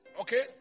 okay